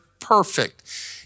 perfect